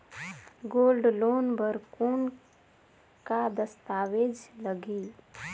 Gold loan बर कौन का दस्तावेज लगही?